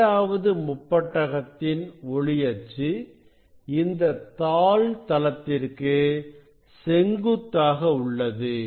இரண்டாவது முப்பட்டகத்தின் ஒளி அச்சு இந்தத் தாள் தளத்திற்கு செங்குத்தாக உள்ளது